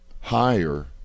higher